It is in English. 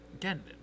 Again